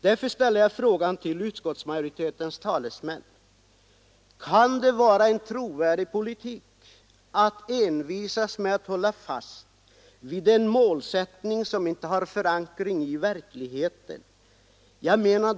Jag ställer därför till utskottets talesmän frågan: Kan det vara en trovärdig politik att envisas med att hålla fast vid en målsättning som inte har någon förankring i verkligheten?